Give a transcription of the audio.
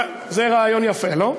זה רעיון יפה, לא?